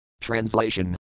Translation